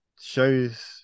shows